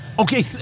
Okay